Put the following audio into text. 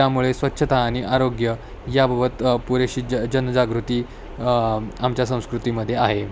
त्यामुळे स्वच्छता आणि आरोग्य याबाबत पुरेशी ज जनजागृती आमच्या संस्कृतीमध्ये आहे